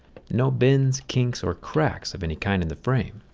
no bends, kinks, or cracks of any kind in the frame.